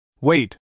Wait